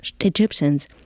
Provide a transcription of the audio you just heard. Egyptians